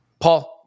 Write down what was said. Paul